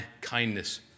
kindness